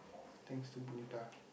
thanks to Punitha